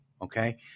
Okay